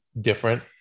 different